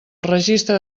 registre